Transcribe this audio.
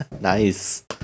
Nice